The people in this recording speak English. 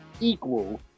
equal